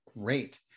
great